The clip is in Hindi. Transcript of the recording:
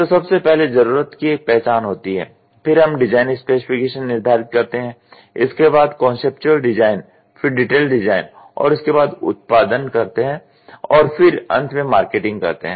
तो सबसे पहले जरुरत की पहचान होती है फिर हम डिज़ाइन स्पेसिफिकेशन निर्धारित करते हैं इसके बाद कॉन्सेप्टुअल डिज़ाइन फिर डिटेल डिज़ाइन और इसके बाद उत्पादन करते हैं और फिर अंत में मार्केटिंग करते हैं